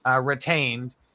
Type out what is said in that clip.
retained